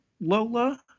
lola